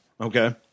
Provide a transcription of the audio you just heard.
Okay